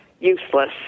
Useless